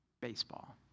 baseball